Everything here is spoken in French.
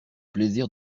plaisir